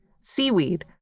seaweed